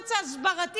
למאמץ ההסברתי.